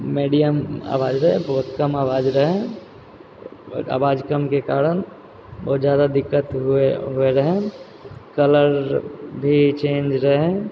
medium आवाज बहुत कम आवाज रहै आवाज कमके कारण बहुत जादा दिक्कत हुए हुए रहै कलर भी चेन्ज रहै